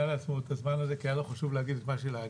לעצמו את הזמן הזה כי היה לו חשוב להגיד את מה שאמר.